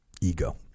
ego